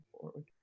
forward